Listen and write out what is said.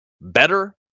better